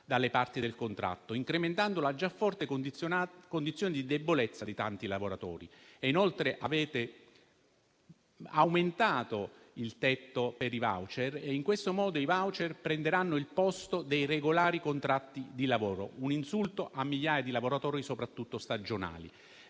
dalle parti del contratto, incrementando la condizione di già forte debolezza di tanti lavoratori. Inoltre, avete aumentato il tetto per i *voucher* e in questo modo i *voucher* prenderanno il posto dei regolari contratti di lavoro, un insulto a migliaia di lavoratori soprattutto stagionali.